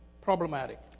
problematic